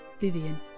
Vivian